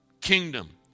kingdom